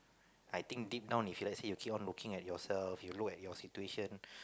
I think deep down if let's say if you keep looking at yourself you look at your situation